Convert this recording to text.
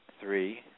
three